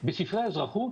בספרי האזרחות,